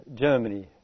Germany